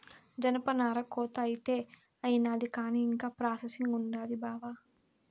జనపనార కోత అయితే అయినాది కానీ ఇంకా ప్రాసెసింగ్ ఉండాది బావా